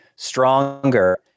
stronger